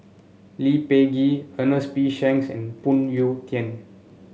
Lee Peh Gee Ernest P Shanks and Phoon Yew Tien